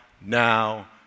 now